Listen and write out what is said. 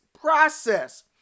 process